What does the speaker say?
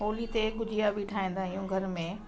होली ते गुजिया बि ठाहींदा आहियूं घर में